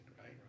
right